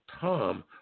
Tom